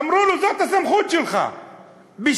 אמרו לו: זאת הסמכות שלך בשנה.